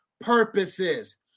purposes